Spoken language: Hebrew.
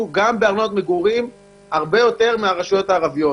גם בארנונת מגורים הרבה יותר מהרשויות הערביות.